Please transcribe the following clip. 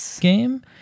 game